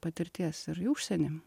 patirties ir į užsienį